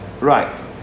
Right